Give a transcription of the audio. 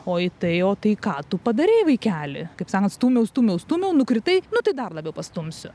o į tai o tai ką tu padarei vaikeli kaip seną stūmiau stūmiau stūmiau nukritai nuo tai dar labiau pastumsiu